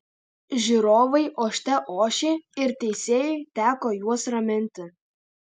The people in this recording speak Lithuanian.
žiūrovai ošte ošė ir teisėjui teko juos raminti